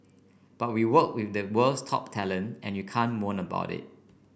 but we work with the world's top talent and you can't moan about it